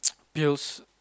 pills